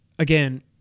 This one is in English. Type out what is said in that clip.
Again